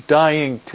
dying